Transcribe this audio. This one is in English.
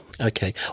Okay